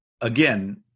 again